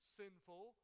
sinful